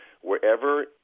wherever